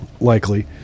likely